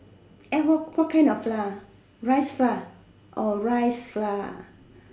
eh what what kind of flour ah rice flour oh rice flour